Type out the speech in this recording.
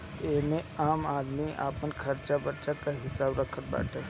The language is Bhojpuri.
एमे आम आदमी अपन खरचा बर्चा के हिसाब रखत बाटे